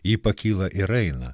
ji pakyla ir eina